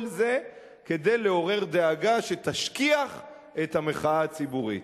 כל זה כדי לעורר דאגה שתשכיח את המחאה הציבורית.